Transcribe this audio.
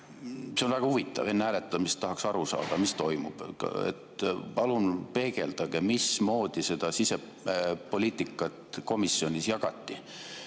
See on väga huvitav. Enne hääletamist tahaks aru saada, mis toimub. Palun peegeldage, mismoodi seda sisepoliitikat komisjonis jagati.